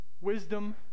wisdom